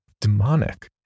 Demonic